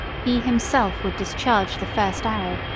he himself would discharge the first arrow,